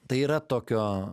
tai yra tokio